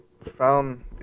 found